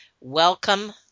Welcome